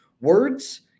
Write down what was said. words